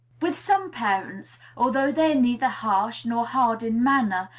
with some parents, although they are neither harsh nor hard in manner,